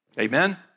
Amen